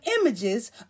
images